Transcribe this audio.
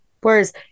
Whereas